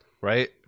right